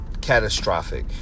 catastrophic